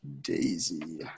daisy